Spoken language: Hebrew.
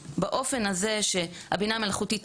לא יכול להיות שרק דילים פוליטיים